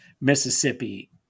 Mississippi